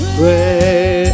pray